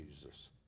Jesus